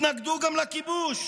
התנגדו גם לכיבוש,